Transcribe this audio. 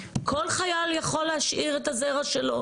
כל חייל יכול להשאיר את הזרע שלו.